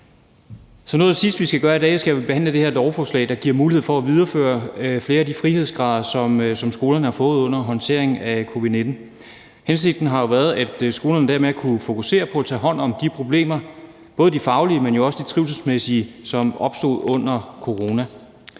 det sidste, vi skal gøre i dag, skal vi behandle det her lovforslag, der giver mulighed for at videreføre flere af de frihedsgrader, som skolerne har fået under håndteringen af covid-19. Hensigten har været, at kommunerne dermed kunne fokusere på at tage hånd om de problemer – både de faglige, men jo også de trivselsmæssige – som opstod under coronaen.